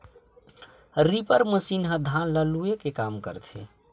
reaper machine ह धान ल लूए के काम आथे